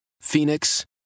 Phoenix